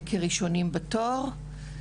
כראשונים בתור.